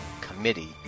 committee